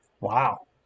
Wow